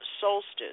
solstice